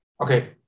Okay